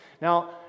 Now